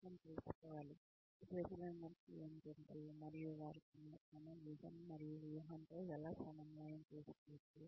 మనం తెలుసుకోవాలి ఈ ప్రజలందరికీ ఏమి తెలుసు మరియు వారు తమను తాము విజన్ మరియు వ్యూహంతో ఎలా సమన్వయం చేసుకోవచ్చు